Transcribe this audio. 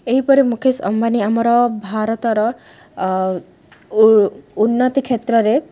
ଏହିପରି ମୁକେଶ ଅମ୍ବାନୀ ଆମର ଭାରତର ଉନ୍ନତି କ୍ଷେତ୍ରରେ